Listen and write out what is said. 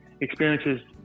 experiences